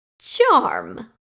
charm